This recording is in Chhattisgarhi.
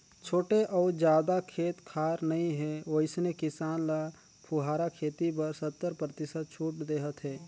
छोटे अउ जादा खेत खार नइ हे वइसने किसान ल फुहारा खेती बर सत्तर परतिसत छूट देहत हे